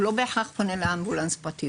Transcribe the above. הוא לא בהכרח פונה לאמבולנס פרטי.